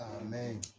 Amen